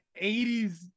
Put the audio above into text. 80s